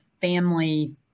family